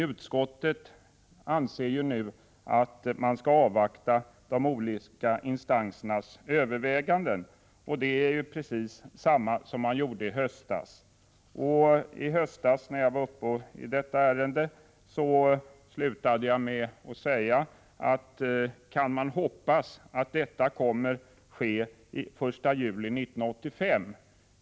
Utskottet anser nu att man skall avvakta de olika instansernas överväganden, och det är precis vad man sade i höstas. När jag då talade i detta ärende slutade jag med att säga: Kan man hoppas att detta kommer att ske den 1 juli 1985?